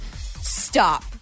Stop